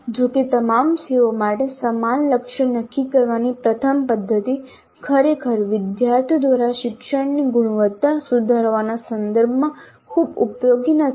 જો કે તમામ CO માટે સમાન લક્ષ્ય નક્કી કરવાની પ્રથમ પદ્ધતિ ખરેખર વિદ્યાર્થીઓ દ્વારા શિક્ષણની ગુણવત્તા સુધારવાના સંદર્ભમાં ખૂબ ઉપયોગી નથી